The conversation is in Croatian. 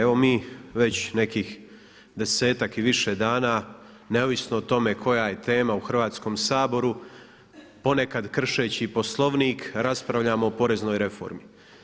Evo mi već nekih 10-ak i više dana, neovisno o tome koja je tema u Hrvatskom saboru, ponekad kršeći i Poslovnik, raspravljamo o poreznoj reformi.